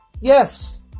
Yes